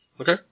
Okay